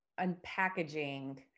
unpackaging